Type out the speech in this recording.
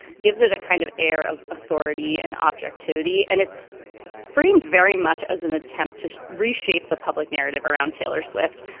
gives it a kind of air of authority and objectivity and it's framed very much as an attempt to reshape the public narrative around taylor swift.